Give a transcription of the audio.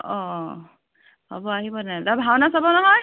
অঁ হ'ব আহিব তেন্তে ভাওনা চাব নহয়